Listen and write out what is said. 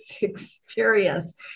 experience